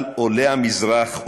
על עולי המזרח,